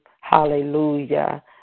Hallelujah